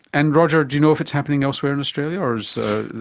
and roger, do you know if it's happening elsewhere in australia or is ah